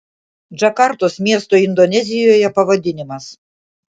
džakartos miesto indonezijoje pavadinimas